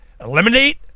eliminate